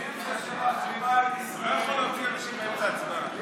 אתה לא יכול להוציא אנשים באמצע ההצבעה.